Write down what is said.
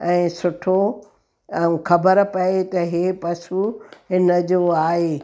ऐं सुठो ऐं ख़बर पए त इहो पशु हिनजो आहे